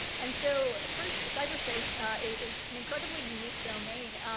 and so first cyber space is an incredibly unique domain,